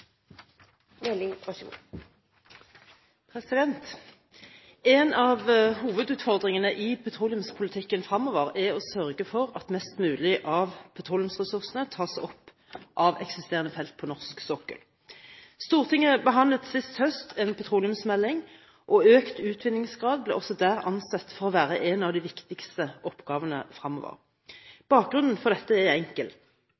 å sørge for at mest mulig av petroleumsressursene tas opp av eksisterende felt på norsk sokkel. Stortinget behandlet sist høst en petroleumsmelding, og økt utvinningsgrad ble også der ansett for å være en av de viktigste oppgavene